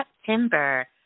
September